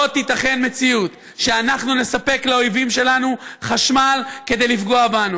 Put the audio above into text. לא תיתכן מציאות שאנחנו נספק לאויבים שלנו חשמל כדי לפגוע בנו.